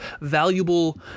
valuable